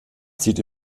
zieht